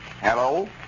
Hello